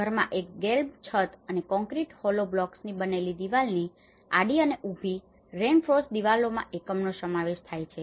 પછી ઘરમાં એક ગેબલ્ડ છત અને કોંક્રિટ હોલો બ્લોક્સથી બનેલી દિવાલોની આડી અને ઉભી રેઇન્ફોર્સ્ડ દિવાલોવાળા એકમનો સમાવેશ થાય છે